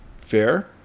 Fair